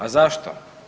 A zašto?